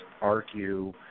argue